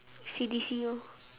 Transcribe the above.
C_D_C orh